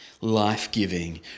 life-giving